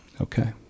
Okay